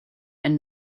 and